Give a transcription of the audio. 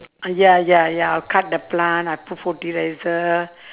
ya ya ya I'll cut the plant I put fertiliser